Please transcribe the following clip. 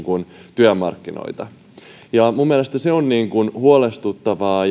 työmarkkinoitamme ja minun mielestäni se on huolestuttavaa